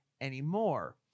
anymore